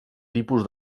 tipus